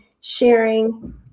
sharing